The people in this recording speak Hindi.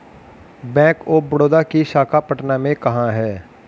बैंक ऑफ बड़ौदा की शाखा पटना में कहाँ है?